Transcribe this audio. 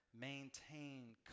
maintain